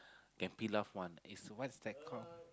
can peel off [one] is what's that called